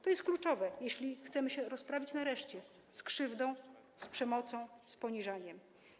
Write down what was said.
To jest kluczowe, jeśli chcemy się rozprawić nareszcie z krzywdą, z przemocą, z poniżaniem.